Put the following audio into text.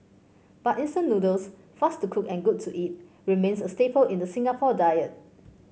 but instant noodles fast to cook and good to eat remains a staple in the Singapore diet